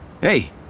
Hey